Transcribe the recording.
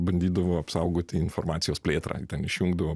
bandydavo apsaugoti informacijos plėtrą ten išjungdavo